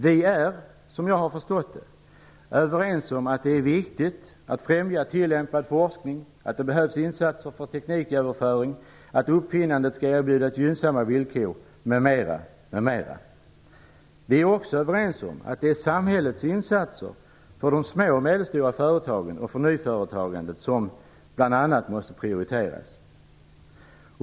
Vi är, som jag har förstått det, överens om att det är viktigt att främja tillämpad forskning, att det behövs insatser för tekniköverföring, att uppfinnandet skall erbjudas gynnsamma villkor m.m. Vi är också överens om att det är samhällets insatser för de små och medelstora företagen och för nyföretagandet som bl.a. måste prioriteras.